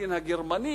ומהדין הגרמני,